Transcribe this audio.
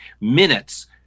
minutes